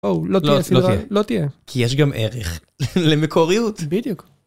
לא לא לא... לא תהיה. כי יש גם ערך למקוריות. בדיוק.